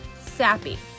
sappy